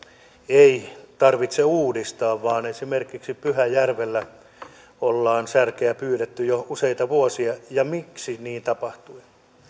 ei tarvitse uudistaa vaan esimerkiksi pyhäjärvellä ollaan särkeä pyydetty jo useita vuosia miksi niin tapahtui